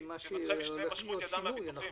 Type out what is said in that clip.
כאשר מבטחי משנה משכו את ידם מהביטוחים.